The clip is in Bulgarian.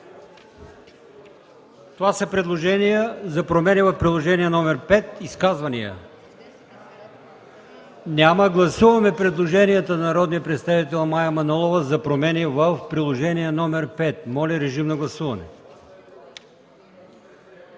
Това са предложения за промени в Приложение № 5. Има ли изказвания? Няма. Гласуваме предложенията на народния представител Мая Манолова за промени в Приложение № 5. Моля, режим на гласуване.